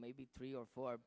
maybe three or four